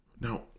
Now